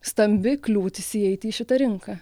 stambi kliūtis įeiti į šitą rinką